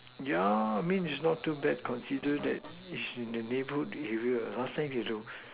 yeah means it's not too bad consider that it's in the neighbourhood area last time we have to